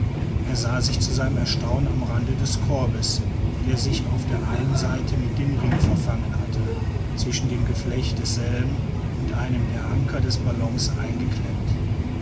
er sah sich zu seinem erstaunen am rande des korbes der sich auf der einen seite mit dem ringe verfangen hatte zwischen dem geflecht desselben und einem der anker des ballons eingeklemmt